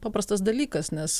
paprastas dalykas nes